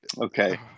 okay